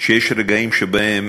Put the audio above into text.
שיש רגעים שבהם